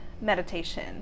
meditation